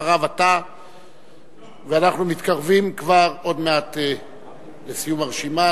אנחנו מתקרבים לסיום הרשימה.